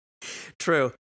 True